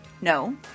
No